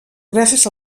gràcies